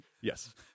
Yes